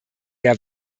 der